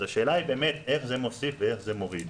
אז השאלה היא איך זה מוסיף או מוביל.